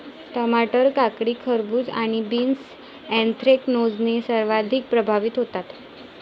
टमाटर, काकडी, खरबूज आणि बीन्स ऍन्थ्रॅकनोजने सर्वाधिक प्रभावित होतात